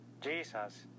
Jesus